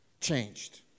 changed